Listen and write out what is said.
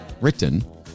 Written